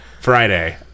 Friday